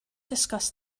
discuss